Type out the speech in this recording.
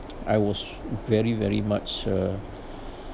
I was very very much uh